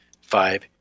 five